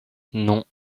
non